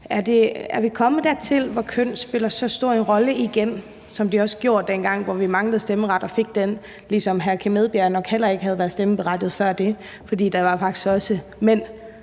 Er vi kommet dertil, hvor køn spiller så stor en rolle igen, som det også gjorde dengang, hvor vi manglede stemmeret og fik den, ligesom hr. Kim Edberg Andersen nok heller ikke havde været stemmeberettiget før det, fordi der faktisk også var